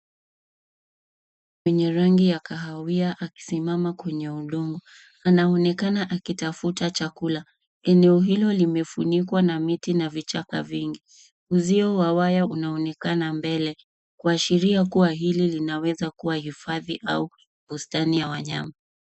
Mwenye rangi ya kahawia akisimama kwenye udongo. Anaonekana akitafuta chakula. Eneo hilo limefunikwa na miti na vichaka vingi. Uzio wa waya unaonekana mbele kuashiria kuwa hili linaweza kuwa hifadhi au bustani ya wanyama.